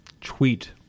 tweet